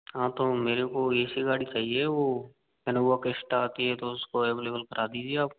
हाँ तो मेरे को ऐसी गाड़ी चाहिए वो इनोवा क्रिस्टा आती है तो उसको अवेलेबल करा दीजिए आप